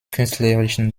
künstlerischen